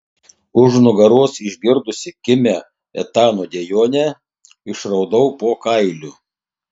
už nugaros išgirdusi kimią etano dejonę išraudau po kailiu